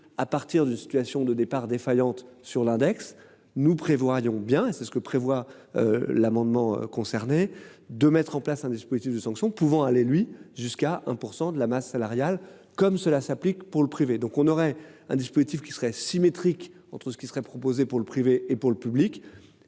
à partir de situation de départ défaillante sur l'index nous prévoyons bien et c'est ce que prévoit l'amendement concernés de mettre en place un dispositif de sanctions pouvant aller lui jusqu'à 1% de la masse salariale comme cela s'applique pour le privé. Donc on aurait un dispositif qui serait symétrique entre ce qui serait proposée pour le privé et pour le public